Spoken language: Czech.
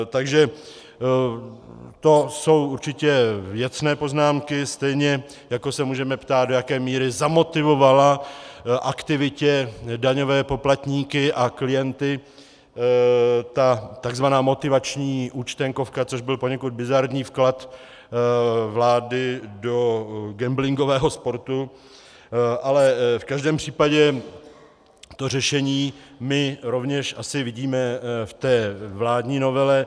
Takže to jsou určitě věcné poznámky, stejně jako se můžeme ptát, do jaké míry zamotivovala k aktivitě daňové poplatníky a klienty ta tzv. motivační účtenkovka, což byl poněkud bizarní vklad vlády do gamblingového sportu, ale v každém případě to řešení my rovněž asi vidíme v té vládní novele.